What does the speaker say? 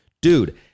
dude